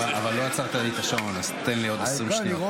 אבל לא עצרת לי את השעון, אז תן לי עוד 20 שניות.